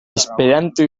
esperanto